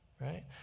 right